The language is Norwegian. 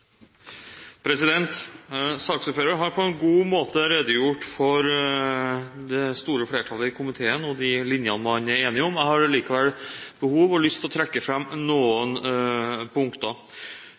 protokollen. Saksordføreren har på en god måte redegjort for det store flertallet i komiteen – og de linjene man er enig om. Jeg har likevel behov for og lyst til å trekke